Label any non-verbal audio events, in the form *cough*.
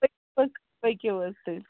*unintelligible* پٔکِو حظ تیٚلہِ